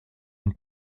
une